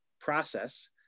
process